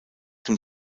dem